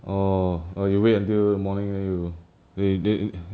orh oh you wait until the morning then you then